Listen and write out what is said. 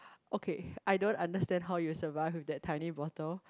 okay I don't understand how you survive with that tiny bottle